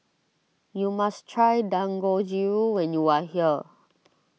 you must try Dangojiru when you are here